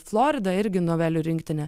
florida irgi novelių rinktinė